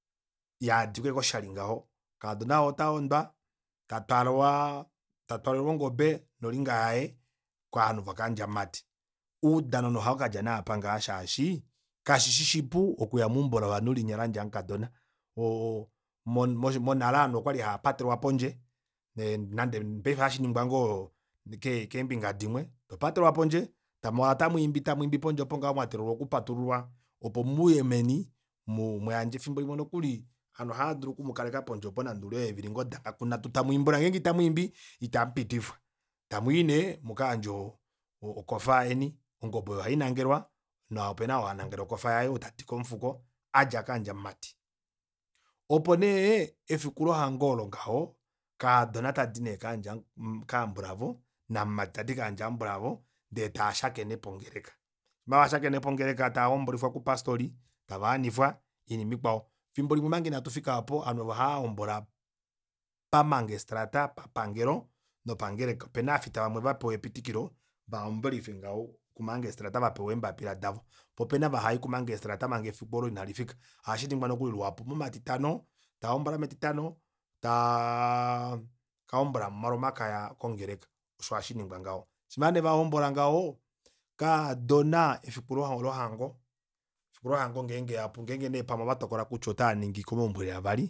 Yandiko ashike oshali ngaho kaadona oo otaondwa tatwalelwa ongobe nolinga yaye kaanhu vokadja mumati. uudano ohaukadja naapa shaashi kashishi shipu okuya meumbo lovanhu landja mukadona oo monale aanhu okwali haapatelwa pondje ndee nande paife hashi ningwa keembinga dimwe topatelwa pondje tamuhala tamwiimbi tamwiimbi pondje opo ngaho mwa teelela oku patululwa opo muye meni muyandje efimbo limwe nokuli aanhu ohaadulu oku mukaleka pondje oopo nande oule weevili dafika pu nhatu tamwiimbula ngeenge ita mwiimbi itamupitifwa. tamwii nee mukayandje okofa yeni ongobe oyo ohainangelwa nopena oo hanangele okofa oyo ou tadike omufuko adja kaandja mumati opo nee efiku lohango olo ngaho kaadona tadi nee kandja kaambulavo namumati tadi kandja mbulavo ndee taashakene pongeleka shima vashakene pongeleka tava hombolifwa ku pastori tavaanigwa iinima ikwao fimbo limwe omanga ina tufika aapo aanhu oovo ohahombola pamangesitrata papangelo nopangeleka opena aafita vamwe vapewa epitikilo vahombolife ngaho vapewa eembapitla davo poo opena ava havi ku magistrata manga efiku oolo inalifika ohashiningwa nokuli luhapu momatitano tahombola metitano taa kahombola molomakaya kongeleka osho hashiningwa ngaho shima nee vahombola ngaho kaadona efiku lohango efiku lohango ngenge yapu ngenge neepamwe ovatokola kutya otaaningi komaumbo eli avali